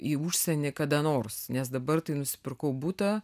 į užsienį kada nors nes dabar tai nusipirkau butą